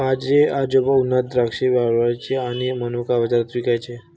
माझे आजोबा उन्हात द्राक्षे वाळवायचे आणि मनुका बाजारात विकायचे